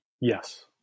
Yes